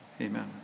Amen